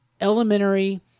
elementary